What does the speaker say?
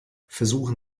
versuchen